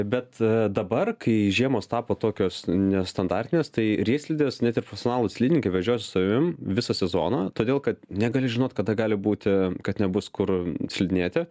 bet dabar kai žiemos tapo tokios nestandartinės tai riedslidės net ir profesionalūs slidininkai vežiojas su savim visą sezoną todėl kad negali žinot kada gali būti kad nebus kur slidinėti